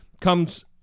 comes